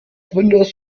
windows